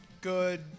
good